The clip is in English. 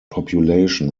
population